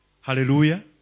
hallelujah